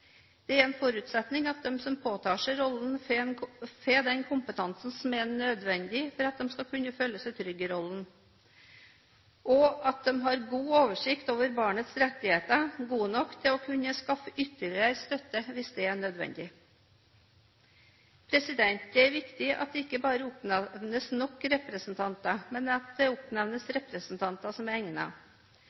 Det er en forutsetning at de som påtar seg rollen, får den kompetansen som er nødvendig for at de skal kunne føle seg trygge i rollen, og at de har god oversikt over barnets rettigheter – gode nok til å kunne skaffe ytterligere støtte hvis det er nødvendig. Det er viktig at det ikke bare oppnevnes nok representanter, men at det oppnevnes representanter som